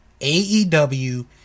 AEW